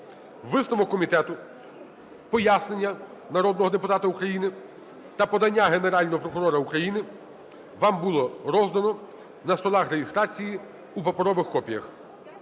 Висновок комітету, пояснення народного депутата України та подання Генерального прокурора України вам було роздано на столах реєстрації у паперових копіях.